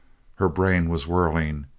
her brain was whirling.